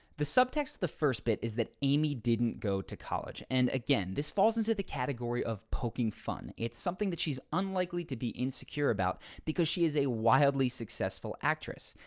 the subtext of the first bit is that amy didn't go to college. and again, this falls into the category of poking fun. it's something that she's unlikely to be insecure about because she is a wildly successful actress.